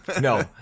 No